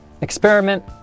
Experiment